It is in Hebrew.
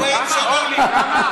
אורלי, כמה?